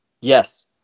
Yes